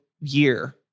year